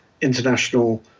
international